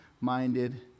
minded